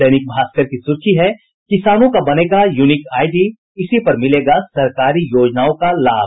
दैनिक भास्कर की सुर्खी है किसानों का बनेगा यूनिक आईडी इसी पर मिलेगा सरकारी योजनाओं का लाभ